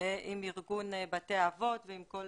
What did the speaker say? עם ארגון בתי האבות, ועם כל